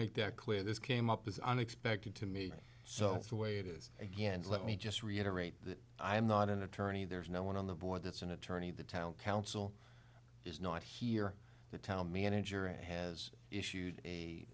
make that clear this came up as unexpected to me so the way it is again let me just reiterate that i am not an attorney there is no one on the board that's an attorney the town council is not here the town manager and has issued a